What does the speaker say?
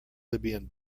libyan